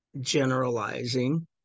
generalizing